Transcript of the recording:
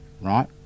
right